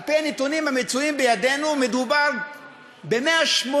על-פי הנתונים המצויים בידינו מדובר ב-180,000